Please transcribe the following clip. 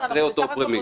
פרומיל.